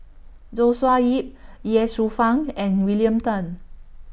Joshua Ip Ye Shufang and William Tan